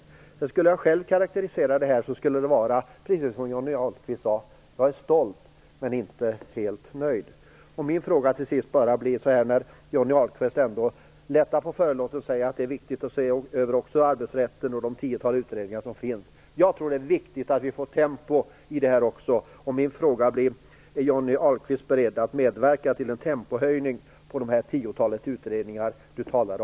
Om jag själv skulle göra en karakteristik av det som vi gjorde skulle det bli så som också Johnny Ahlqvist sade: Jag är stolt men inte helt nöjd. Vill Johnny Ahlqvist till sist lätta på förlåten när det gäller vikten av att se över arbetsrätten och det tiotal utredningar som pågår? Jag tror att det är viktigt att vi får tempo i detta arbete, och min fråga blir: Är Johnny Ahlqvist beredd att medverka till en tempohöjning i det tiotal utredningar som han talade om?